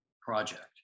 project